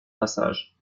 passage